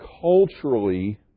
culturally